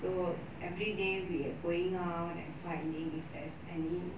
so everyday we are going out and finding if there is any